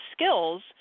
skills